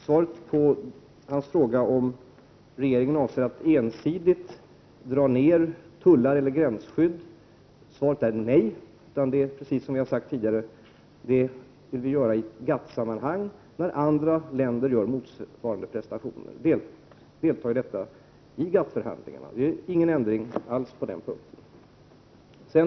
Svaret på Bengt Roséns fråga om regeringen avser att ensidigt sänka tullar eller gränsskydd är nej. Vi står fast vid det som vi tidigare sagt, att detta blir aktuellt endast i GATT-sammanhang när andra länder gör motsvarande prestationer. Det kommer inte att bli någon ändring alls på den punkten.